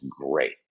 great